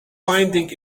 finding